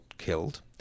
killed